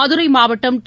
மதுரை மாவட்டம் டி